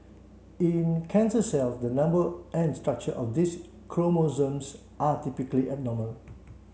in cancer cells the number and structure of these chromosomes are typically abnormal